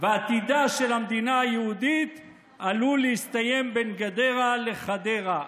עתידה של המדינה היהודית עלול להסתיים בין גדרה לחדרה".